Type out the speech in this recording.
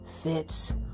fits